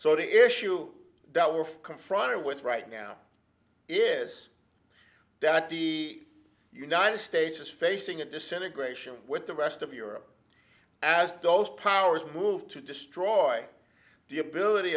so the issue that we're confronted with right now is that the united states is facing a disintegration with the rest of europe as those powers move to destroy the ability